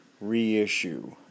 reissue